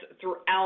throughout